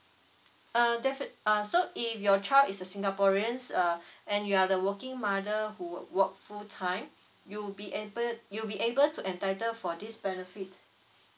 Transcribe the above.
uh definite err so if your child is a singaporeans uh and you are the working mother who would work full time you'll be able you'll be able to entitle for this benefits